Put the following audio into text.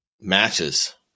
matches